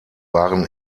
waren